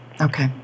Okay